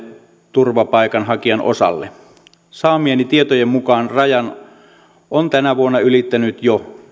turvapaikanhakijan osalle saamieni tietojen mukaan rajan on tänä vuonna ylittänyt